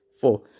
Four